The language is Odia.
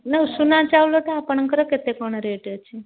ନା ଉଷୁନା ଚାଉଳଟା ଆପଣଙ୍କର କେତେ କ'ଣ ରେଟ୍ ଅଛି